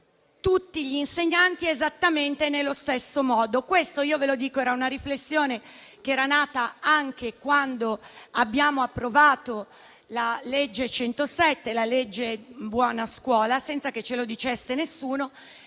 tutti gli insegnanti esattamente allo stesso modo. Questa - ve lo dico - era una riflessione che era nata anche quando abbiamo approvato la legge n. 107 del 2015, cosiddetta buona scuola, senza che ce lo dicesse nessuno.